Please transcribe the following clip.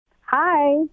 Hi